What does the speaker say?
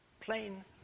Plain